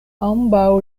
ambaŭ